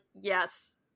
yes